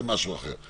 זה משהו אחר.